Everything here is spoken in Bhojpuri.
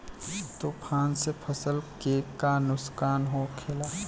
तूफान से फसल के का नुकसान हो खेला?